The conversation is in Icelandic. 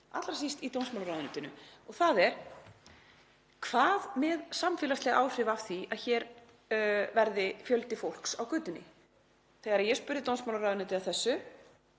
allra síst í dómsmálaráðuneytinu. Það er: Hvað með samfélagsleg áhrif af því að hér verði fjöldi fólks á götunni? Þegar ég spurði dómsmálaráðuneytið að þessu: